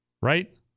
right